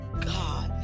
God